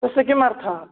तस्य किम् अर्थः